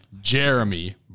Jeremy